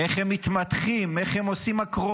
איך הם מתמתחים, איך הם עושים אקרובטיקה,